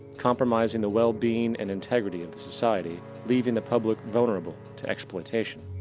compromising the well-being and integrity of the society leaving the public vulnerable to exploitation.